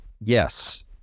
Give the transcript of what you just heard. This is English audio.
Yes